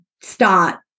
start